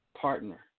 partner